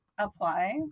Apply